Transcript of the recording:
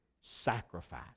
sacrifice